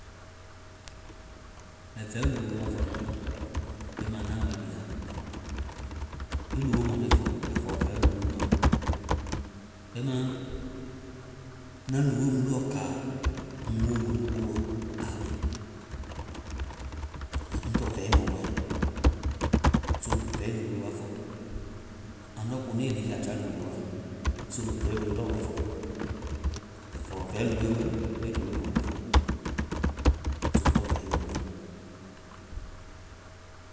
Mɛ vɛi luwoe wa fɔ na. Bɛma naa wa lia. Me luwo mande fɔ ai fɔ vɛi luwoe ma. Bɛma ŋna luwoo mu lɔ káa ŋ womɔɛ nu booɔ, aa mɛ. And ŋ tɔŋ vɛi mɔ wa. So mbɛ vɛi luwoe wa fɔ. Andɔ konei liikɛ a ja luwoɔ wa. So muĩ vɛiwoe lɔɔ wa fɔ. Ai fɔɔ vɛi luwoe ma, mbe luwoo mande fɔ. So ŋ tɔŋ vɛi mɔ wa.